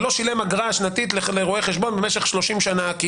ולא שילם אגרה שנתית לרואה חשבון במשך 30 שנה כי